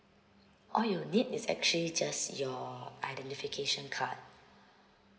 all you need is actually just your identification card